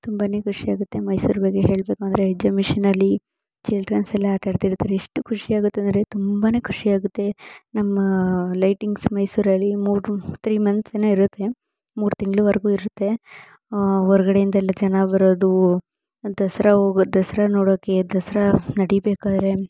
ತುಂಬನೇ ಖುಷಿಯಾಗುತ್ತೆ ಮೈಸೂರು ಬಗ್ಗೆ ಹೇಳ್ಬೇಕಂದ್ರೆ ಎಕ್ಸಮಿಷನಲ್ಲಿ ಚಿಲ್ಡ್ರೆನ್ಸ್ ಎಲ್ಲ ಆಟಾಡ್ತಿರ್ತಾರೆ ಎಷ್ಟು ಖುಷಿಯಾಗುತ್ತೆ ಅಂದರೆ ತುಂಬನೇ ಖುಷಿಯಾಗುತ್ತೆ ನಮ್ಮ ಲೈಟಿಂಗ್ಸ್ ಮೈಸೂರಲ್ಲಿ ಮೂರು ತ್ರಿ ಮಂತ್ಸ್ ಏನೋ ಇರುತ್ತೆ ಮೂರು ತಿಂಗ್ಳವರೆಗೂ ಇರುತ್ತೆ ಹೊರ್ಗಡೆಯಿಂದ ಎಲ್ಲ ಜನ ಬರೋದು ದಸರಾ ಹೋಗೊ ದಸರಾ ನೋಡೋಕ್ಕೆ ದಸರಾ ನಡಿಬೇಕಾರೆ